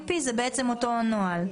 שה-GMP זה בעצם אותו נוהל.